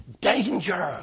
Danger